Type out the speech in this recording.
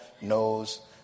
knows